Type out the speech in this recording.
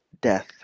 death